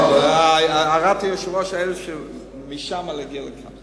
אבל הערת היושב-ראש היא שמשם זה עלול להגיע לכאן.